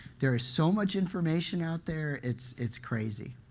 there is so much information out there it's it's crazy.